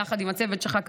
יחד עם הצוות שלך,